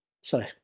Sorry